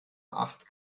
acht